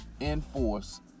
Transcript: enforce